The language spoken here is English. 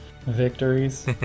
victories